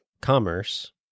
Commerce